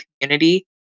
community